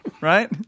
right